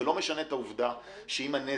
זה לא משנה את העובדה שאם הנזק,